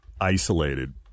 isolated